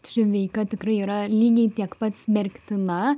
ši veika tikrai yra lygiai tiek pat smerktina